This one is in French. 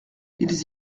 ils